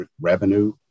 revenue